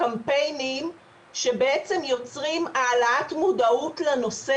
קמפיינים שבעצם יוצרים העלאת מודעות לנושא